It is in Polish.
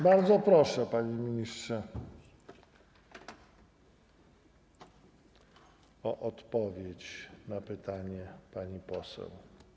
Bardzo proszę, panie ministrze, o odpowiedź na pytanie pani poseł.